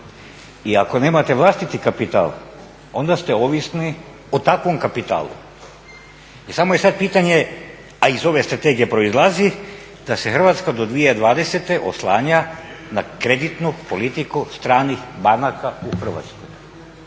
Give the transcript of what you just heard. I ako nemate vlastiti kapital onda ste ovisni o takvom kapitalu. I samo je sad pitanje, a iz ove strategije proizlazi, da se Hrvatska do 2020. oslanja na kreditnu politiku stranih banaka u Hrvatskoj.